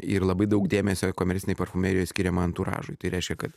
ir labai daug dėmesio komercinėj parfumerijoj skiriama anturažui tai reiškia kad